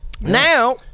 now